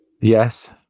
Yes